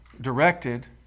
directed